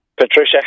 Patricia